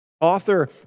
Author